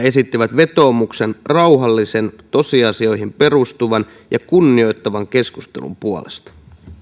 esittivät vetoomuksen rauhallisen tosiasioihin perustuvan ja kunnioittavan keskustelun puolesta